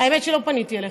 האמת היא שלא פניתי אליך.